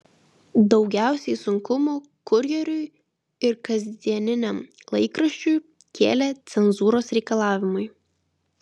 daugiausiai sunkumų kurjeriui ir kasdieniniam laikraščiui kėlė cenzūros reikalavimai